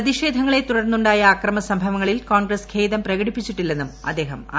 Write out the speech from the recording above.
പ്രതിഷേധങ്ങളെ തുടർന്നുണ്ടായ അക്രമ സംഭവങ്ങളിൽ കോൺഗ്രസ്സ് ഖേദം പ്രകടിപ്പിച്ചിട്ടില്ലെന്നും അദ്ദേഹം ആരോപിച്ചു